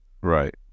Right